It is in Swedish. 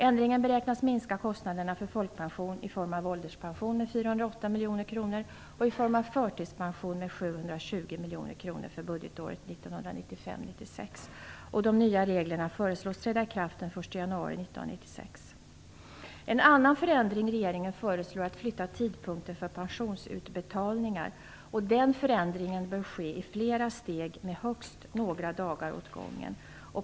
Ändringen beräknas minska kostnaderna för folkpension i form av ålderspension med 408 miljoner kronor och i form av förtidspension med 720 miljoner kronor för budgetåret 1995/96. De nya reglerna föreslås träda i kraft den 1 januari 1996. En annan förändring som regeringen föreslår är att flytta tidpunkten för pensionsutbetalningar. Den förändringen bör ske i flera steg med högst några dagar åt gången.